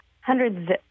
hundreds